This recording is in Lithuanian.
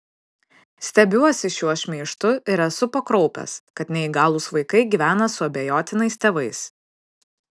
stebiuosi šiuo šmeižtu ir esu pakraupęs kad neįgalūs vaikai gyvena su abejotinais tėvais